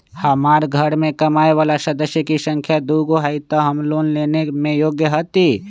हमार घर मैं कमाए वाला सदस्य की संख्या दुगो हाई त हम लोन लेने में योग्य हती?